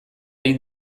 egin